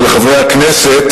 ולחברי הכנסת